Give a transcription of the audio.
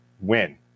win